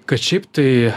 kad šiaip tai